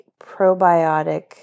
probiotic